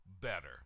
better